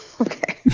Okay